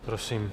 Prosím.